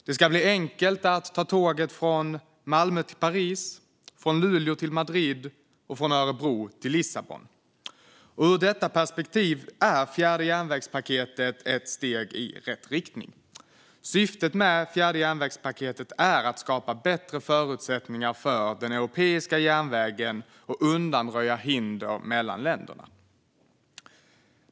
Det ska bli enkelt att ta tåget från Malmö till Paris, från Luleå till Madrid och från Örebro till Lissabon. Ur detta perspektiv är fjärde järnvägspaketet ett steg i rätt riktning. Syftet med fjärde järnvägspaketet är att skapa bättre förutsättningar för den europeiska järnvägen och undanröja hinder mellan länderna.